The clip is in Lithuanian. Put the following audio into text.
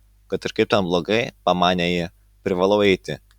kad ir kaip ten blogai pamanė ji privalau eiti